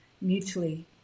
mutually